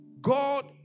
God